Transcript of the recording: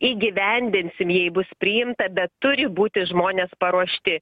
įgyvendinsim jei bus priimta bet turi būti žmonės paruošti